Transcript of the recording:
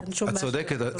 את צודקת.